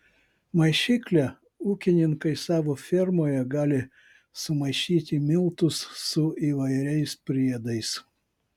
maišykle ūkininkai savo fermoje gali sumaišyti miltus su įvairiais priedais